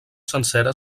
sencera